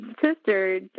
sister